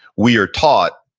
we are taught,